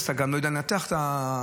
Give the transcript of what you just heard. אתה לא יודע לנתח את התמונה,